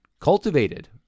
cultivated